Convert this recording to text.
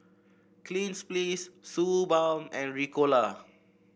Cleanz Please Suu Balm and Ricola